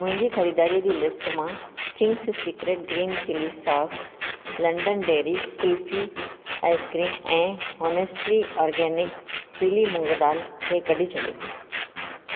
मुंहिंजी ख़रीदारी जी लिस्ट मां Ching's secret green chilli sauce London dairy kulfi ice cream ऐं होनेस्ट्ली आर्गेनिक पीली मुंङ दाल खे कढी छॾियो